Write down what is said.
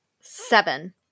seven